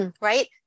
Right